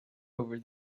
over